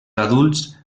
adults